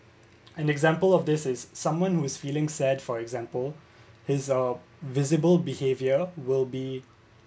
an example of this is someone who's feeling sad for example is are visible behaviour will be